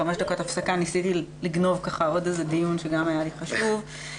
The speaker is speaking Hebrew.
בחמש דקות הפסקה ניסיתי לגנוב עוד דיון שגם היה לי חשוב.